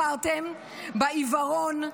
בחרתם בעיוורון,